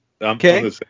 Okay